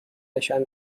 نشان